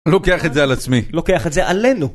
לוקח את זה על עצמי. לוקח את זה עלינו.